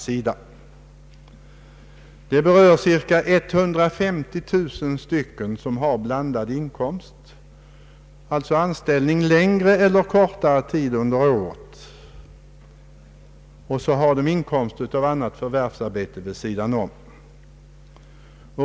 Frågan berör cirka 150 000 personer som har blandad inkomst, alltså anställning under längre eller kortare tid av året och vid sidan av detta inkomst av annat förvärvsarbete.